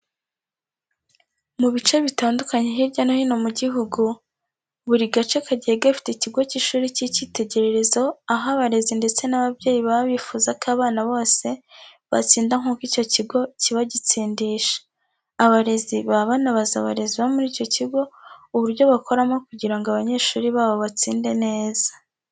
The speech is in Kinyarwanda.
Mu bice bitandukanye hirya no hino mu gihugu, buri gace kagiye gafite ikigo cy'ishuri cy'ikitegererezo aho abarezi ndetse n'ababyeyi baba bifuza ko abana bose batsinda nk'uko icyo kigo kiba gitsindisha. Abarezi baba banabaza abarezi bo muri icyo kigo uburyo bakoramo kugira ngo abanyeshuri babo batsinde neza.